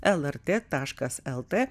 lrt taškas lt